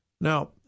Now